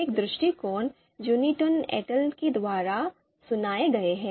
एक दृष्टिकोण Guitouni et al द्वारा सुझाया गया है